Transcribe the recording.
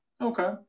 Okay